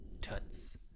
toots